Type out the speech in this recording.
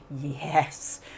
Yes